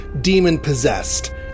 demon-possessed